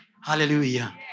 Hallelujah